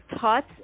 thoughts